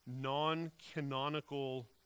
non-canonical